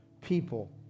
people